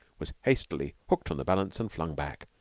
was hastily hooked on the balance and flung back.